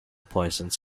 poisons